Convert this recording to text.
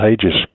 pages